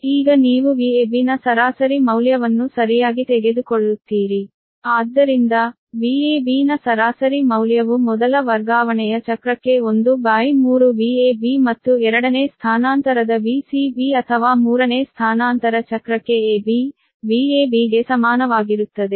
ಆದ್ದರಿಂದ Vab ನ ಸರಾಸರಿ ಮೌಲ್ಯವು ಮೊದಲ ವರ್ಗಾವಣೆಯ ಚಕ್ರಕ್ಕೆ 13 Vab ಮತ್ತು ಎರಡನೇ ಸ್ಥಾನಾಂತರದ Vcb ಅಥವಾ ಮೂರನೇ ಸ್ಥಾನಾಂತರ ಚಕ್ರಕ್ಕೆ ab Vab ಗೆ ಸಮಾನವಾಗಿರುತ್ತದೆ